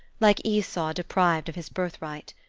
like esau deprived of his birthright.